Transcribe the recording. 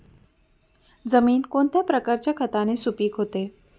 जमीन कोणत्या प्रकारच्या खताने सुपिक होते?